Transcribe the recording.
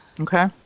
okay